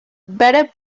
better